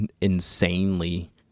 insanely